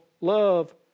love